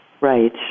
Right